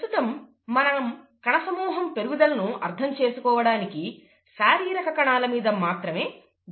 ప్రస్తుతం మనం కణసమూహం పెరుగుదలను అర్థం చేసుకోవడానికి శారీరక కణాల మీద మాత్రమే దృష్టి సారిద్దాం